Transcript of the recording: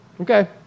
Okay